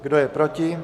Kdo je proti?